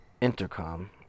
intercom